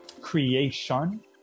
creation